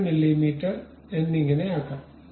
5 millimetre എന്നിങ്ങനെയാക്കാം